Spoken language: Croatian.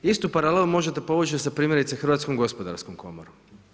Istu paralelu možete povući sa primjerice Hrvatskom gospodarskom komorom.